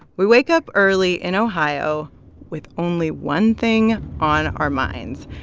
we wake up early in ohio with only one thing on our minds,